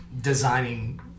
designing